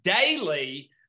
daily